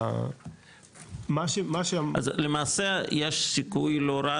אז למעשה, יש סיכוי לא רע